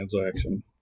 transaction